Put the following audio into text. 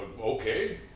okay